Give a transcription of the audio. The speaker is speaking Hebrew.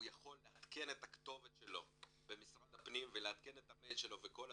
יכול לעדכן את הכתובת שלו במשרד הפנים ואת המייל שלו וזה